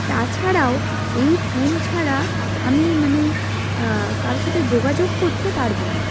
তাছাড়াও এই ফোন ছাড়া আমি মানে কারো সাথে যোগাযোগ করতে পারবো না